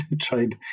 tried